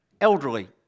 elderly